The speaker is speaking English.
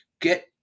get